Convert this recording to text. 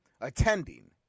attending